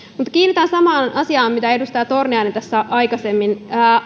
mutta kiinnitän huomiota samaan asiaan kuin edustaja torniainen tässä aikaisemmin